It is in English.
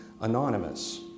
anonymous